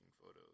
photos